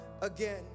again